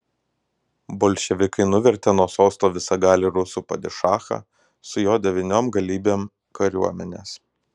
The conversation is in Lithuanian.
bolševikai nuvertė nuo sosto visagalį rusų padišachą su jo devyniom galybėm kariuomenės